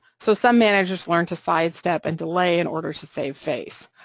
so some managers learn to sidestep and delay, in order to save-face.